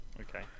Okay